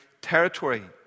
territory